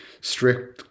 strict